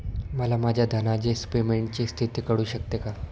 मला माझ्या धनादेश पेमेंटची स्थिती कळू शकते का?